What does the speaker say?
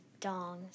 dongs